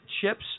Chips